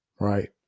right